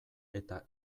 eta